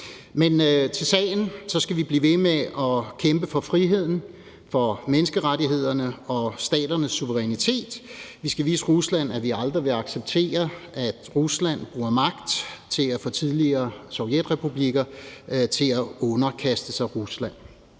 hensyn til sagen skal vi blive ved med at kæmpe for friheden, for menneskerettighederne og staternes suverænitet. Vi skal vise Rusland, at vi aldrig vil acceptere, at Rusland bruger magt til at få tidligere sovjetrepublikker til at underkaste sig Rusland.